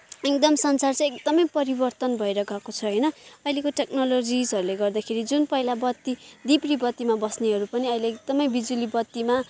एकदम संसार चाहिँ एकदमै परिवर्तन भएर गएको छ होइन अहिलेको टेक्नोलोजिसहरूले गर्दाखेरि जुन पहिला बत्ती ढिप्री बत्तीमा बस्नेहरू पनि अहिले एकदमै बिजुली बत्तीमा